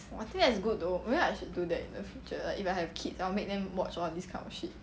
I feel that it's good though perhaps I should do that in the future like if I have kids I will make them watch all of this kind of shit